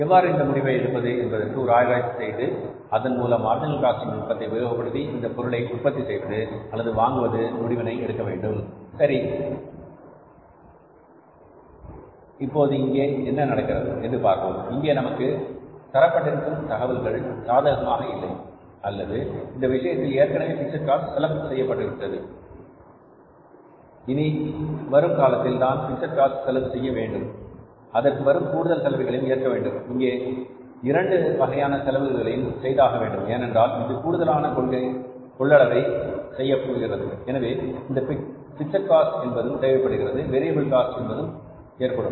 எவ்வாறு இந்த முடிவை எடுப்பது என்பதற்கு ஒரு ஆராய்ச்சி செய்து அதன்மூலம் மார்ஜினல் காஸ்டிங் நுட்பத்தை உபயோகப்படுத்தி இந்த பொருளை உற்பத்தி செய்வது அல்லது வாங்குவதா முடிவினை எடுக்க வேண்டும் சரி இ அப்பங்கே என்ன நடக்கிறது என்று பார்ப்போம் இங்கே நமக்கு தரப்பட்டிருக்கும் தகவல்கள் சாதகமாக இல்லை அல்லது இந்த விஷயத்தில் ஏற்கனவே பிக்ஸட் காஸ்ட் செலவு செய்யப்பட்டது அல்ல இங்கே இனி வரும் காலத்தில் தான் பிக்ஸட் காஸ்ட் செலவு செய்ய வேண்டும் அதற்கு வரும் கூடுதல் செலவுகளையும் ஏற்க வேண்டும் இங்கே இரண்டு வகையான செலவுகளையும் செய்தாக வேண்டும் ஏனென்றால் இது கூடுதலாக கொள்ளளவை செய்யப்போகிறது எனவே இங்கே பிக்ஸட் காஸ்ட் என்பதும் தேவைப்படும் வேறு எதில் காஸ்ட் என்பதும் ஏற்படும்